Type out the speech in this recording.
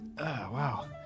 wow